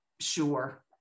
sure